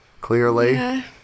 Clearly